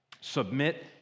Submit